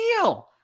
deal